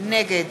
נגד